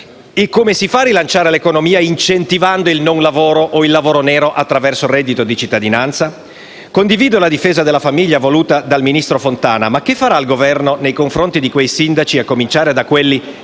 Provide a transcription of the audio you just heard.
E come si fa a rilanciare l'economia incentivando il non lavoro o il lavoro nero, attraverso il reddito di cittadinanza? Condivido la difesa della famiglia voluta dal ministro Fontana, ma che farà il Governo nei confronti di quei sindaci - a cominciare da quelli